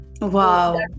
Wow